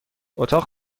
اتاق